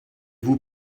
vous